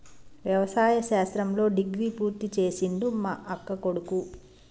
వ్యవసాయ శాస్త్రంలో డిగ్రీ పూర్తి చేసిండు మా అక్కకొడుకు